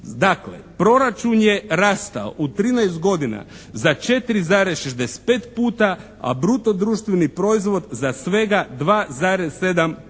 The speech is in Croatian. Dakle, proračun je rastao u trinaest godina za 4,65 puta a bruto društveni proizvod za svega 2,7